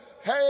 Hey